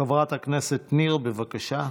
חברת הכנסת ניר, בבקשה.